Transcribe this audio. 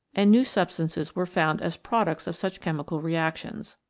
and new substances were found as products of such chemical reactions.